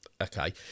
Okay